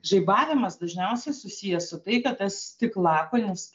žaibavimas dažniausiai susijęs su tai kad tas stiklakūnis